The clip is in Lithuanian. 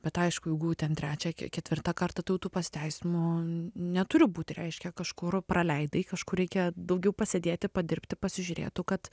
bet aišku jeigu ten trečią ketvirtą kartą tai jau tų pasiteisinimų neturi būti reiškia kažkur praleidai kažkur reikia daugiau pasėdėti padirbti pasižiūrėtų kad